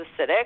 acidic